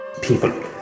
people